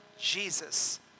Jesus